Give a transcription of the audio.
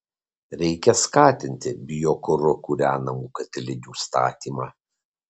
reikia skatinti biokuru kūrenamų katilinių statymą